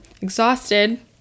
exhausted